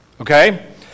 okay